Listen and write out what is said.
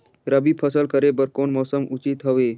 रबी फसल करे बर कोन मौसम उचित हवे?